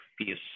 peace